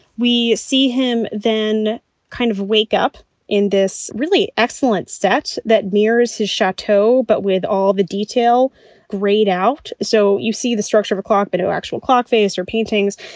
we see him then kind of wake up in this really excellent sets that mirrors his chateau, but with all the detail great out. so you see the structure of a clock, but no actual clock, face or paintings.